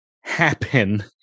happen